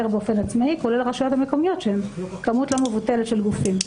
באופן עצמאי כולל הרשויות המקומיות שהן כמות לא מבוטלת של גופים.